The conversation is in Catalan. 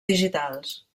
digitals